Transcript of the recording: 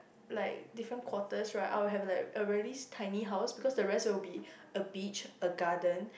like different quarters right I will have a like a really tiny house because the rest will be a beach a garden